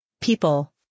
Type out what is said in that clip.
People